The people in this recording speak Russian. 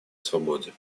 свободе